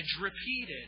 repeated